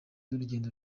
n’urugendo